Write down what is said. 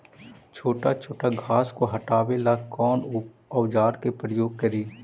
छोटा छोटा घास को हटाबे ला कौन औजार के प्रयोग करि?